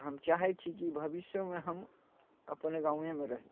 हम चाहै छी कि हम भविष्योमे हम अपन गामेमे रही